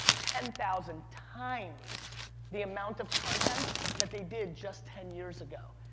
ten thousand times the amount of content that they did just ten years ago.